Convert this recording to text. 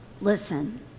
listen